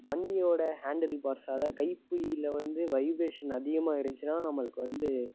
வண்டியோடய handle bars அதாவது கைபிடியில் வந்து வைப்ரேஷன் அதிகமாக இருந்துச்சின்னா நம்மளுக்கு வந்து